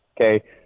okay